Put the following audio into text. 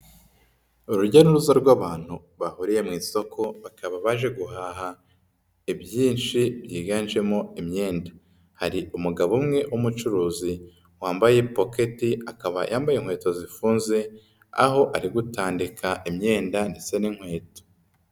Urujya n'uruza rw'abantu bahuriye mu isoko, bakaba baje guhaha ibyinshi byiganjemo imyenda. Hari umugabo umwe w'umucuruzi wambaye poketi, akaba yambaye inkweto zifunze aho ari gutandika imyenda ndetse n'inkweto.